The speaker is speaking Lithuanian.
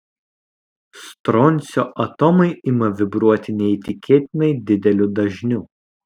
stroncio atomai ima vibruoti neįtikėtinai dideliu dažniu